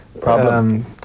problem